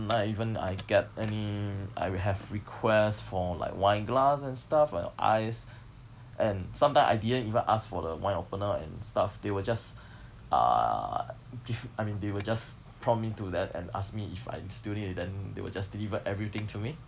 night even I get any I will have request for like wine glass and stuff for your ice and sometimes I didn't even ask for the wine opener and stuff they will just uh give I mean they will just prompt into that and ask me if I still need it then they will just deliver everything to me